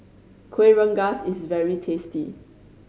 Kuih Rengas is very tasty